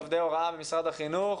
עובדי הוראה במשרד החינוך.